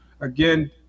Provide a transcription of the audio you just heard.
again